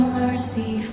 mercy